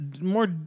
more